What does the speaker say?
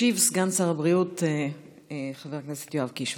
ישיב סגן שר הבריאות חבר הכנסת יואב קיש.